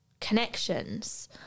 connections